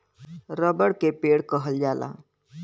रबड़ के पेड़ कहल जाला